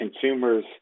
consumers